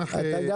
אתה גם יכול.